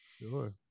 Sure